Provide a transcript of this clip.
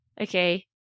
okay